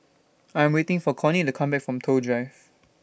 I'm waiting For Connie to Come Back from Toh Drive